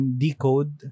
decode